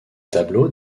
tableaux